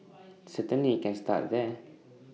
certainly IT can start there